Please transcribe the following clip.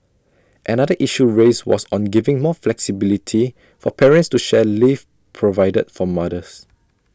another issue raised was on giving more flexibility for parents to share leave provided for mothers